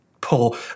pull